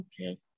Okay